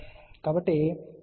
కాబట్టి అది మంచి పరిష్కారం కాదు